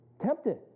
Tempted